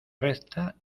recta